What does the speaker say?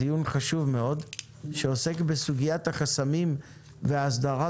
דיון חשוב מאוד שעוסק בסוגיית החסמים והסדרת